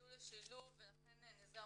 --- בידול או שילוב ולכן נסגר